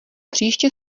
příště